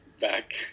back